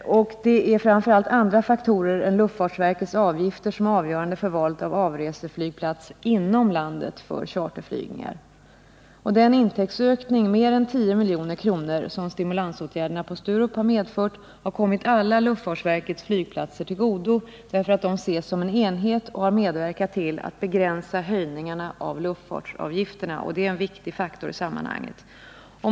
Det är framför allt andra faktorer än luftfartsverkets avgifter som är avgörande för valet av inrikesflygplats inom landet för charterflygningar. Den intäktsökning — mer än 10 milj.kr. — som stimulansåtgärderna på Sturup har medfört har kommit alla luftfartsverkets flygplatser till godo, därför att de ses som en ekonomisk enhet. De pengarna har medverkat till att begränsa höjningarna av luftfartsavgifterna, och det är en viktig faktor i sammanhanget.